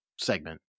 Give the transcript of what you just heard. segment